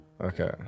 Okay